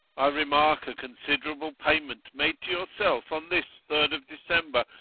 i remark a considerable payment made to yourself on this third of december.